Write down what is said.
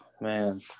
man